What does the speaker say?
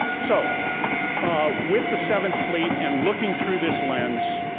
so with the seventh fleet and looking through this lens,